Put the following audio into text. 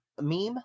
meme